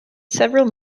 several